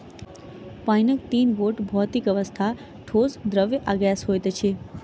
पाइनक तीन गोट भौतिक अवस्था, ठोस, द्रव्य आ गैस होइत अछि